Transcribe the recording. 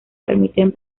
permiten